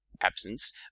absence